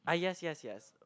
ah yes yes yes